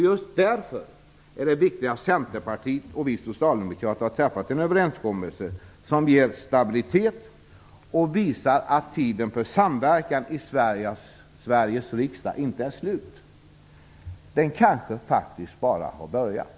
Just därför är det viktigt att vi socialdemokrater tillsammans med Centerpartiet har träffat en överenskommelse som ger stabilitet och som visar att tiden för samverkan i Sveriges riksdag inte är slut. Den kanske bara har börjat.